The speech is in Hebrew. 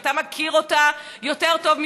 שאתה מכיר אותה יותר טוב מכולם,